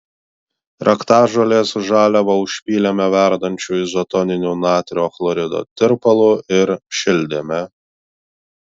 raktažolės žaliavą užpylėme verdančiu izotoniniu natrio chlorido tirpalu ir šildėme